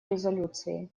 резолюции